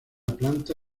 planta